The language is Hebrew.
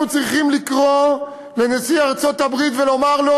אנחנו צריכים לקרוא לנשיא ארצות-הברית ולומר לו: